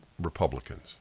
Republicans